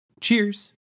Cheers